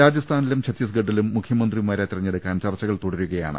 രാജസ്ഥാനിലും ഛത്തീസ്ഗഡിലും മുഖ്യമന്ത്രി മാരെ തെരഞ്ഞെടുക്കാൻ ചർച്ചകൾ തുടരുകയാണ്